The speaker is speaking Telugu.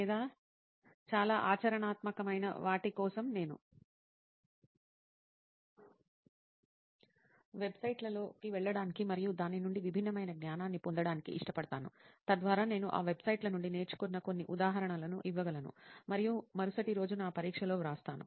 లేదా చాలా ఆచరణాత్మకమైన వాటి కోసం నేను వెబ్సైట్లలోకి వెళ్లడానికి మరియు దాని నుండి భిన్నమైన జ్ఞానాన్ని పొందటానికి ఇష్టపడతాను తద్వారా నేను ఆ వెబ్సైట్ల నుండి నేర్చుకున్న కొన్ని ఉదాహరణలను ఇవ్వగలను మరియు మరుసటి రోజు నా పరీక్షలో వ్రాస్తాను